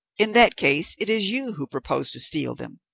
in that case it is you who propose to steal them!